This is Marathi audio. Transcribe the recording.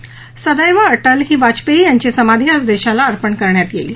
सदैव अटल ही वाजपेयी यांची समाधी आज देशाला अर्पण करण्यात येईल